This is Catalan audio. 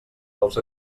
dels